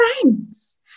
friends